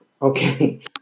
Okay